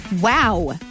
Wow